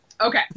okay